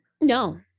No